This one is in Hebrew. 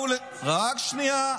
רק שנייה.